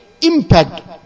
impact